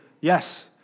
yes